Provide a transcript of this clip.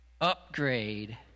upgrade